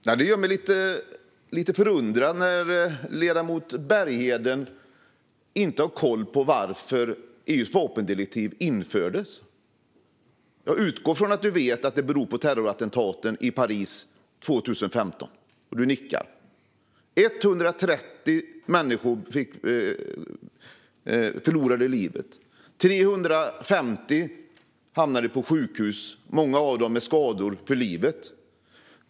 Herr talman! Det gör mig lite förundrad att ledamoten Bergheden inte har koll på varför EU:s vapendirektiv infördes. Jag utgår från att Sten Bergheden vet att det beror på terrorattentaten i Paris 2015. Ledamoten nickar. 130 människor förlorade livet och 350 hamnade på sjukhus, många av dem med skador för livet.